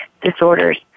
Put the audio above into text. disorders